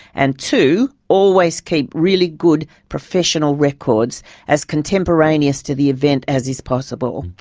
and two, always keep really good professional records as contemporaneous to the event as is possible.